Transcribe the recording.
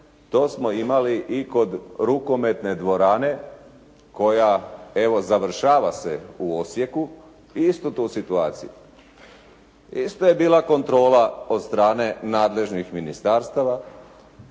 to smo imali i kod rukometne dvorane koja evo završava se u Osijeku, istu tu situaciju. Isto je bila kontrola od strane nadležnih ministarstava.